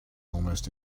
almost